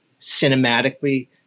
cinematically